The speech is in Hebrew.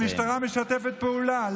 המשטרה משתפת פעולה.